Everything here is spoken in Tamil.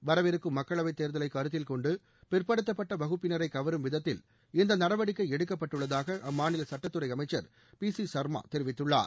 வரவிருக்கும் மக்களவை தேர்தலை கருத்தில் கொண்டு பிற்படுத்தப்பட்ட வகுப்பினரை கவரும் விதத்தில் இந்த நடவடிக்கை எடுக்கப்பட்டுள்ளதாக அம்மாநில சுட்டத்துறை அமைச்சர் பி சி சர்மா தெரிவித்துள்ளார்